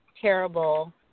terrible